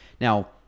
Now